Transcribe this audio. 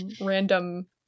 random